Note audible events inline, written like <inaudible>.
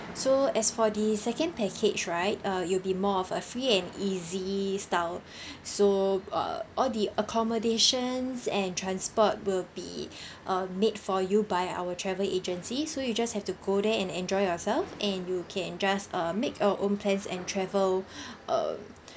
so as for the second package right err it will be more of a free and easy style <breath> so err all the accommodations and transport will be <breath> um made for you by our travel agency so you just have to go there and enjoy yourself and you can just err make your own plans and travel <breath> um